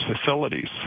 facilities